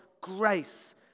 grace